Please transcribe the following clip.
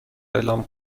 اعلام